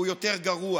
כי הוא יותר גרוע.